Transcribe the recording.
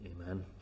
amen